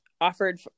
offered